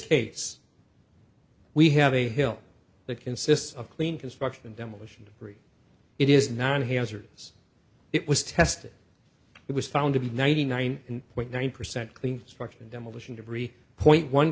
case we have a hill that consists of clean construction and demolition debris it is not he answers it was tested it was found to be ninety nine point nine percent clean structural demolition debris point one